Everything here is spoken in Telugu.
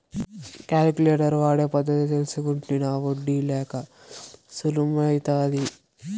కాలిక్యులేటర్ వాడే పద్ధతి తెల్సుకుంటినా ఒడ్డి లెక్క సులుమైతాది